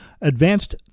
advanced